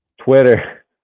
Twitter